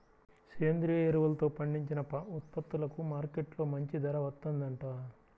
సేంద్రియ ఎరువులతో పండించిన ఉత్పత్తులకు మార్కెట్టులో మంచి ధర వత్తందంట